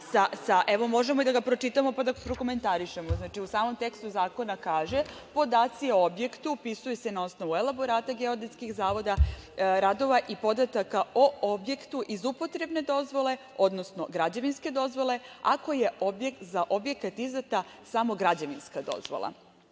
sa… Možemo da ga pročitamo, pa da prokomentarišemo. Znači, u samom tekstu zakona kaže: „Podaci o objektu upisuju se na osnovu elaborata geodetskih zavoda, radova i podataka o objektu iz upotrebne dozvole, odnosno građevinske dozvole, ako je za objekat izdata samo građevinska dozvola“.